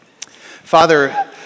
Father